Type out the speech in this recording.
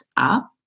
up